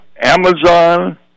Amazon